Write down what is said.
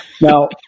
Now